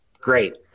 Great